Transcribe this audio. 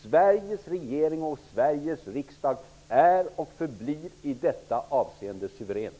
Sveriges regering och Sveriges riksdag är och förblir i det avseendet suveränt!